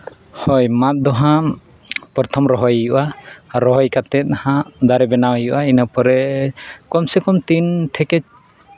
ᱦᱳᱭ ᱢᱟᱸᱫ ᱫᱚ ᱦᱟᱸᱜ ᱯᱨᱚᱛᱷᱚᱢ ᱨᱚᱦᱚᱭ ᱦᱩᱭᱩᱜᱼᱟ ᱨᱚᱦᱚᱭ ᱠᱟᱛᱮᱫ ᱦᱟᱸᱜ ᱫᱟᱨᱮ ᱵᱮᱱᱟᱣ ᱦᱩᱭᱩᱜᱼᱟ ᱤᱱᱟᱹ ᱯᱚᱨᱮ ᱠᱚᱢᱥᱮ ᱠᱚᱢ ᱛᱤᱱ ᱛᱷᱮᱠᱮ ᱪᱟᱨ